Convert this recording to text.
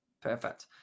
perfect